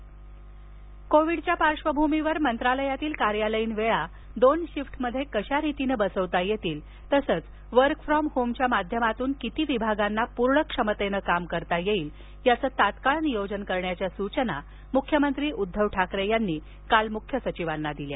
मुख्यमंत्री कोविडच्या पार्श्वभूमीवर मंत्रालयातील कार्यालयीन वेळा दोन शिफ्ट्समध्ये कशारीतीने बसवता येतील तसंच वर्क फ्रॉम होमच्या माध्यमातून किती विभागांना पूर्ण क्षमतेने काम करता येईल याचे तात्काळ नियोजन करण्याच्या सूचना मुख्यमंत्री उदधव ठाकरे यांनी मुख्य सचिवांना दिल्या